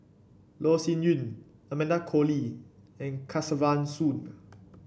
Loh Sin Yun Amanda Koe Lee and Kesavan Soon